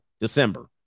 December